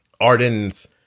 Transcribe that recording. Arden's